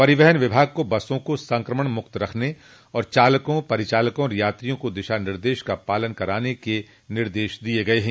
परिवहन विभाग को बसों को संक्रमण मुक्त रखने और चालकों परिचालकों और यात्रियों को दिशा निर्देश का पालन कराने का निर्देश दिया गया है